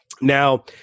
Now